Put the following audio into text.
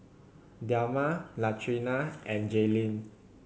Delma Latrina and Jaelyn